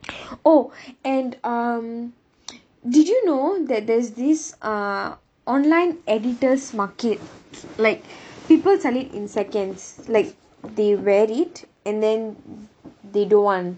oh and um did you know that there's this uh online editor's market like people sell it in seconds like they wear it and then they don't want